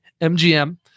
MGM